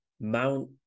Mount